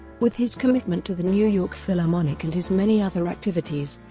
with his commitment to the new york philharmonic and his many other activities,